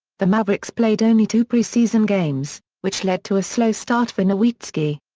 the mavericks played only two preseason games, which led to a slow start for nowitzki.